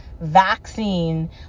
vaccine